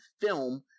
film